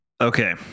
Okay